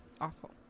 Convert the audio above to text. awful